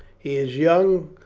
he is young,